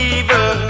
evil